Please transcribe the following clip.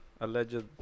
alleged